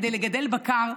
כדי לגדל בקר,